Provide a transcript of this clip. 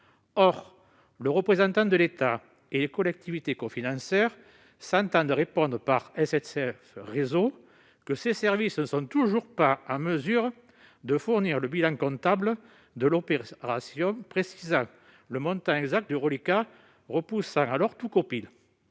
Or le représentant de l'État et les collectivités cofinanceuses s'entendent répondre par SNCF Réseau que ses services ne sont toujours pas en mesure de fournir le bilan comptable de l'opération, qui préciserait le montant exact du reliquat, ce qui repousse toute